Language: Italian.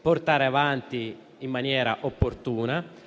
portare avanti in maniera opportuna.